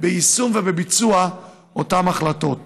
הערביות ביישום ובביצוע של אותן החלטות.